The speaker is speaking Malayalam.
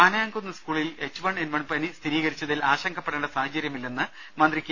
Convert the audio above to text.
ആനയാംകുന്ന് സ്കൂളിൽ എച്ച് വൺ എൻ വൺ സ്ഥിരീകരിച്ച തിൽ ആശങ്കപ്പെടേണ്ട സാഹചര്യമില്ലെന്ന് മന്ത്രി കെ